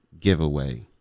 giveaway